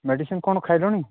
medicine କ'ଣ ଖାଇଲଣି